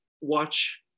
watch